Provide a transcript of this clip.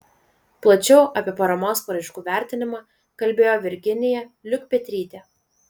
plačiau apie paramos paraiškų vertinimą kalbėjo virginija liukpetrytė